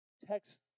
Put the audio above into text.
text